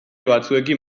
batzuekin